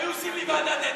היו עושים לי ועדת אתיקה.